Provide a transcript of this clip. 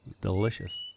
Delicious